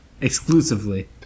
Exclusively